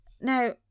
Now